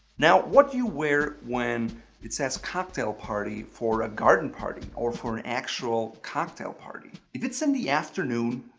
now what you wear when it says cocktail party for a garden party or for an actual cocktail party, if it's in the afternoon,